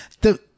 the-